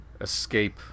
escape